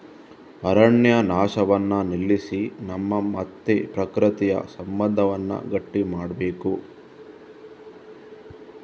ಅರಣ್ಯ ನಾಶವನ್ನ ನಿಲ್ಲಿಸಿ ನಮ್ಮ ಮತ್ತೆ ಪ್ರಕೃತಿಯ ಸಂಬಂಧವನ್ನ ಗಟ್ಟಿ ಮಾಡ್ಬೇಕು